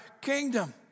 kingdom